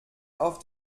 auf